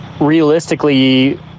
realistically